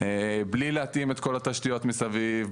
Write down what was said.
בלי להתאים את כל התשתיות מסביב,